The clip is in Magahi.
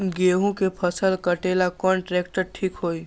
गेहूं के फसल कटेला कौन ट्रैक्टर ठीक होई?